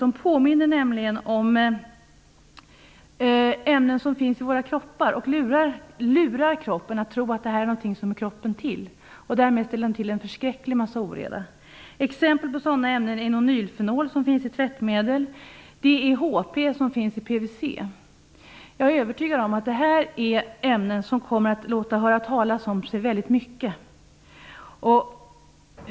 De påminner nämligen om ämnen som finns i våra kroppar. De lurar kroppen att tro att detta är något som hör kroppen till. Därmed ställer de till en förskräcklig massa oreda. Exempel på sådana ämnen är nonylfenol som finns i tvättmedel och DEHP som finns i PVC. Jag är övertygad om att detta är ämnen som kommer att låta höra tala om sig väldigt mycket.